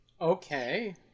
Okay